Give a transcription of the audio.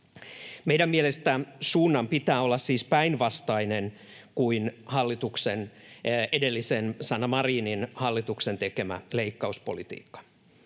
Meidän mielestä suunnan pitää olla siis päinvastainen kuin edellisen, Sanna Marinin hallituksen tekemä leikkauspolitiikka.